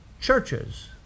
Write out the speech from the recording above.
Churches